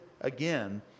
again